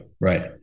Right